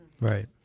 Right